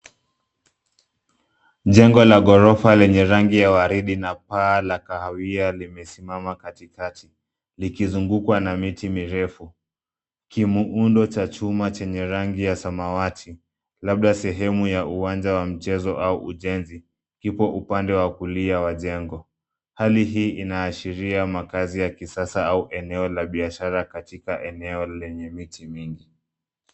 Jengo la ghorofa lenye rangi ya waridi na paa la kahawia limesimama katikati likizungukwa na miti mirefu kimuundo cha chuma chenye rangi ya samawati labda sehemu ya uwanja wa mchezo au ujenzi, kipo upande wa kulia wa jengo. Hali hii inaashiria makazi ya kisasa au eneo la biashara katika eneo lenye miti mingi.